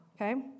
okay